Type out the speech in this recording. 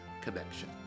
connection